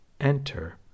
Enter